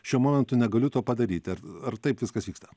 šiuo momentu negaliu to padaryti ar ar taip viskas vyksta